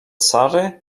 sary